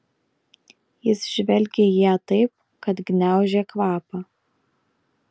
jis žvelgė į ją taip kad gniaužė kvapą